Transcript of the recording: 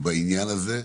בעניין הזה.